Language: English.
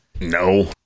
No